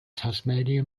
tasmania